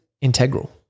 integral